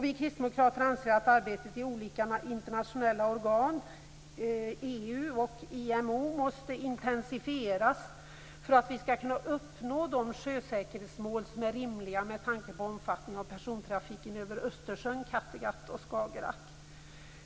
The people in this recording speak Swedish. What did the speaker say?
Vi kristdemokrater anser att arbetet i olika internationella organ, EU och IMO, måste intensifieras för att man skall kunna uppnå de sjösäkerhetsmål som är rimliga med tanke på omfattningen av persontrafiken över Östersjön, Kattegatt och Skagerrak.